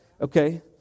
Okay